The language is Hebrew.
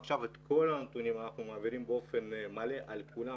עכשיו את כל הנתונים אנחנו מעבירים באופן מלא על כולם,